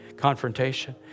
confrontation